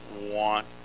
want